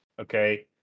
Okay